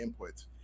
inputs